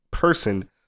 Person